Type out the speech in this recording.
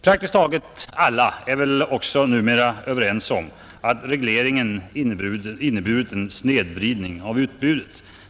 Praktiskt taget alla är väl också numera överens om att regleringen har inneburit en snedvridning av utbudet.